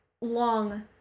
long